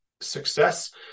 success